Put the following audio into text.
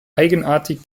eigenartig